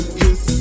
kiss